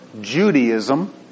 Judaism